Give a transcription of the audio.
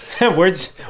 Words